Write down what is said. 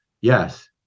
Yes